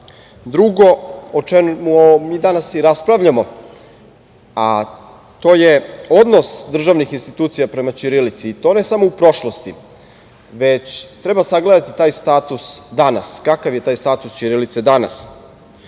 Drugo, o čemu mi danas i raspravljamo, a to je odnos državnih institucija prema ćirilici i to ne samo u prošlosti, već treba sagledati taj status danas, kakav je taj status ćirilice danas. Dalje,